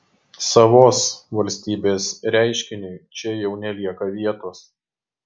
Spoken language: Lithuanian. savos valstybės reiškiniui čia jau nelieka vietos